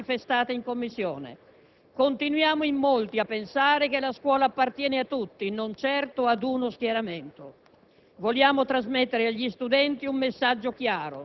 Può farlo con una volontà comune, peraltro già manifestata in Commissione. Continuiamo in molti a pensare che la scuola appartiene a tutti e non certo ad uno schieramento.